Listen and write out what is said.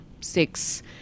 six